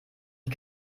die